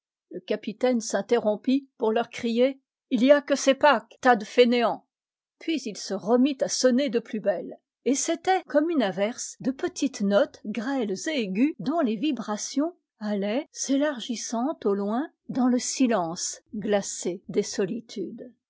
le capitaine s'interrompit pour leur crier il y a que c'est pâques tas de fainéants puis il se remit à sonner de plus belle et c'était comme une averse de petites notes grêles et aiguës dont les vibrations allaient s'élargissant au loin dans le silence glacé des solitudes